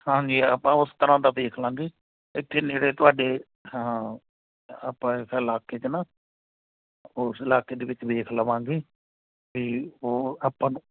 ਹਾਂਜੀ ਆਪਾਂ ਉਸ ਤਰ੍ਹਾਂ ਦਾ ਦੇਖ ਲਵਾਂਗੇ ਇੱਥੇ ਨੇੜੇ ਤੁਹਾਡੇ ਹਾਂ ਆਪਾਂ ਇਸ ਇਲਾਕੇ 'ਚ ਨਾ ਉਸ ਇਲਾਕੇ ਦੇ ਵਿੱਚ ਵੇਖ ਲਵਾਂਗੇ ਅਤੇ ਉਹ ਆਪਾਂ ਨੂੰ